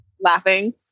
laughing